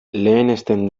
lehenesten